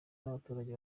n’abaturage